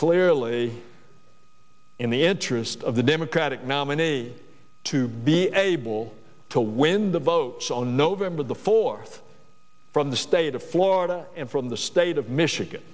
clearly in the interest of the democratic nominee to be able to win the votes on november the fourth from the state of florida and from the state of michigan